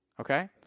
okay